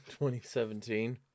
2017